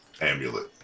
amulet